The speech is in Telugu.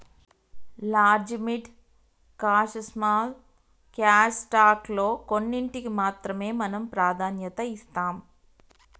large mid cap small cash stock లో కొన్నింటికీ మాత్రమే మనం ప్రాధాన్యత ఇస్తాం